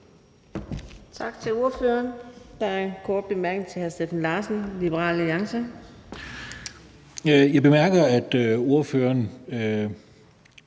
Jeg bemærker, at ordføreren